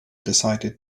decided